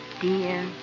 Dear